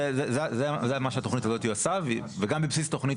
זה מה שהתכנית הזאת עושה וגם בבסיס תכנית